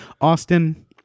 Austin